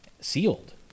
sealed